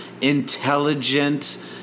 intelligent